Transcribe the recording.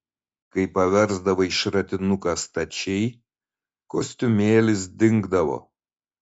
kai paversdavai šratinuką stačiai kostiumėlis dingdavo